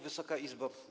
Wysoka Izbo!